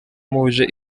muje